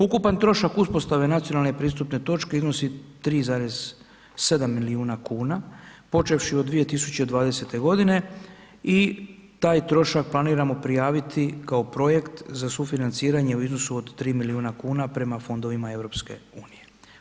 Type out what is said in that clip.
Ukupan trošak uspostave nacionalne pristupne točke iznosi 3,7 milijuna kuna počevši od 2020. g. i taj trošak planiramo prijaviti kao projekt za sufinanciranje u iznosu od 3 milijuna kuna prema fondovima EU-a.